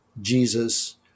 Jesus